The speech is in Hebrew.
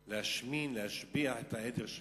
להשמין, להשביח את העדר שלו.